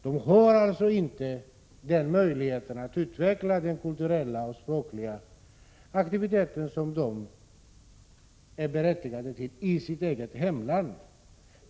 De har alltså inte möjlighet att i sitt eget hemland utveckla de kulturella och språkliga aktiviteter som de är berättigade till.